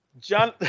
John